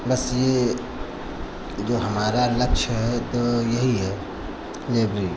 बस ये जो हमारा लक्ष्य है तो यही है ये भी